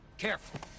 Careful